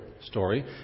Story